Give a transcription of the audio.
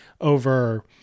over